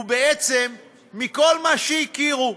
ובעצם מכל מה שהכירו.